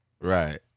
right